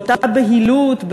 באותה בהילות,